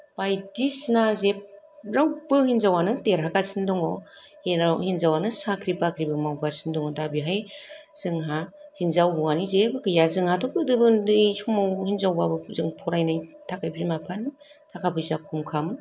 बायदिसिना जेरावबो हिनजावानो देरहागासिनो दङ' जेराव हिनजावानो साख्रि बाख्रिबो मावगासिनो दङ' दा बेहाय जोंहा हिनजाव हौवानि जेबो गैया जोंहाथ' गोदोबो ओन्दै समाव हिनजावबाबो जों फरायनायनि थाखाय बिमा बिफानि थाखा फैसा खमखामोन